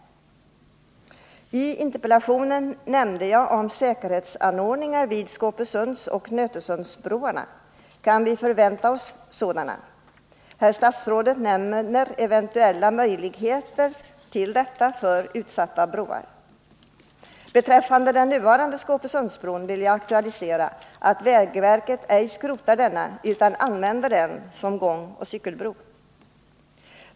I interpellationen tog jag upp frågan om säkerhetsanordningar vid Skåpesundsoch Nötesundsbroarna. Kan vi förvänta oss sådana? Herr statsrådet nämner att vägverket undersöker möjligheterna att förse utsatta broar med sådana anordningar. Beträffande den nuvarande Skåpesundsbron vill jag aktualisera förslaget att vägverket ej skrotar denna utan använder den som gångoch cykelbro.